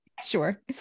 Sure